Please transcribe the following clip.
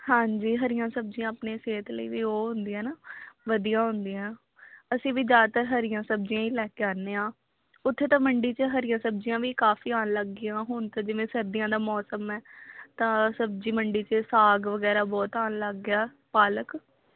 ਹਾਂਜੀ ਹਰੀਆਂ ਸਬਜ਼ੀਆਂ ਆਪਣੇ ਸਿਹਤ ਲਈ ਵੀ ਉਹ ਹੁੰਦੀਆਂ ਨਾ ਵਧੀਆ ਹੁੰਦੀਆਂ ਅਸੀਂ ਵੀ ਜ਼ਿਆਦਾਤਰ ਹਰੀਆਂ ਸਬਜ਼ੀਆਂ ਹੀ ਲੈ ਕੇ ਆਉਂਦੇ ਹਾਂ ਉੱਥੇ ਤਾਂ ਮੰਡੀ 'ਚ ਹਰੀਆਂ ਸਬਜ਼ੀਆਂ ਵੀ ਕਾਫ਼ੀ ਆਉਣ ਲੱਗ ਗਈਆਂ ਹੁਣ ਤਾਂ ਜਿਵੇਂ ਸਰਦੀਆਂ ਦਾ ਮੌਸਮ ਹੈ ਤਾਂ ਸਬਜ਼ੀ ਮੰਡੀ 'ਚ ਸਾਗ ਵਗੈਰਾ ਬਹੁਤ ਆਉਣ ਲੱਗ ਗਿਆ ਪਾਲਕ